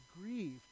grieve